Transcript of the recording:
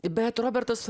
bet robertas